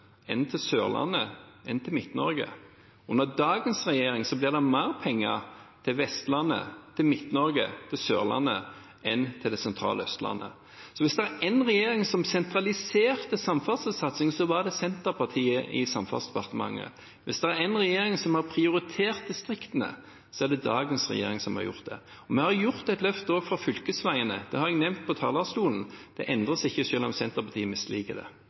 enn til Vestlandet, enn til Sørlandet, enn til Midt-Norge. Under dagens regjering blir det mer penger til Vestlandet, til Midt-Norge, til Sørlandet enn til det sentrale Østlandet. Hvis det er én regjering som sentraliserte samferdselssatsingen, var det Senterpartiet i Samferdselsdepartementet. Hvis det er én regjering som har prioritert distriktene, er det dagens regjering som har gjort det. Vi har også tatt et løft for fylkesveiene, og det har jeg nevnt på talerstolen. Det endrer seg ikke selv om Senterpartiet misliker det.